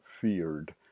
feared